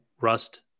Rust